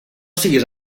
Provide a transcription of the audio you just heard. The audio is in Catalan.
siguis